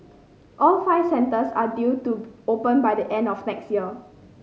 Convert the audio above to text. all five centres are due to open by the end of next year